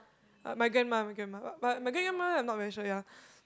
uh my grandma my grandma but my great grandma I not very sure ya